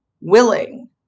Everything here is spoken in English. willing